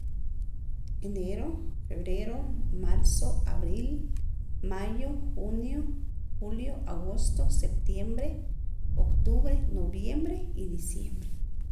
Enero febrero marzo abril mayo junio julio agosto septiembre octubre noviembre y diciembre